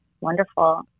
wonderful